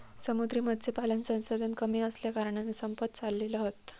समुद्री मत्स्यपालन संसाधन कमी असल्याकारणान संपत चालले हत